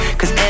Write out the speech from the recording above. Cause